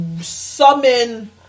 summon